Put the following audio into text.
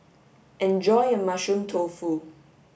enjoy your mushroom tofu